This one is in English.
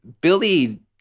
Billy